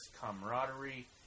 camaraderie